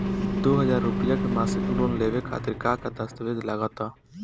दो हज़ार रुपया के मासिक लोन लेवे खातिर का का दस्तावेजऽ लग त?